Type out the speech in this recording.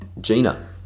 Gina